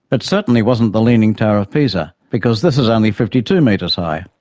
but certainly wasn't the leaning tower of pisa, because this is only fifty two meters high.